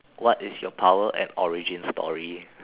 what is your power and origin story